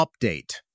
update